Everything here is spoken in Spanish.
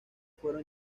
fueron